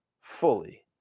fully